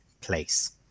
place